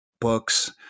books